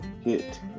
hit